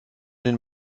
den